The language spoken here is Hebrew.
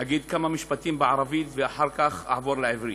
אגיד כמה משפטים בערבית, ואחר כך אעבור לעברית.